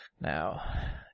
Now